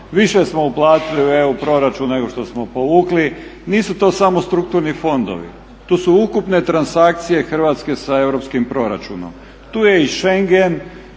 više smo uplatili u EU proračun nego što smo povukli. Nisu to samo strukturni fondovi, tu su ukupne transakcije Hrvatske sa europskim proračunom. Tu je i Schengen,